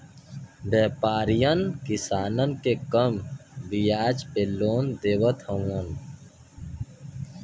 व्यापरीयन किसानन के कम बियाज पे लोन देवत हउवन